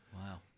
wow